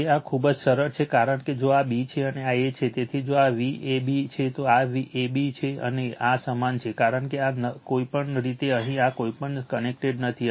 તે આ ખૂબ જ સરળ છે કારણ કે જો આ b છે અને આ a છે તેથી જો આ Vab છે તો આ Vab છે અને આ સમાન છે કારણ કે ના કોઈપણ રીતે અહીં આ કંઈપણ કનેક્ટેડ નથી